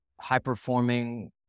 high-performing